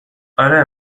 اره